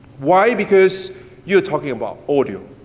why, because you are talking about audio.